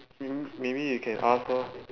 m~ maybe you can ask lor